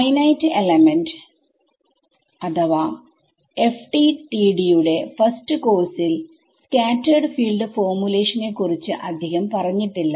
finite element or FDTD യുടെ first കോഴ്സിൽ scattered field ഫോർമുലേഷനെ ക്കുറിച്ച് അധികം പറഞ്ഞിട്ടില്ല